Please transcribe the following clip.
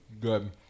Good